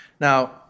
Now